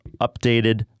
updated